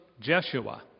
Jeshua